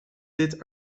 dit